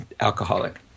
alcoholic